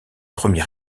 premier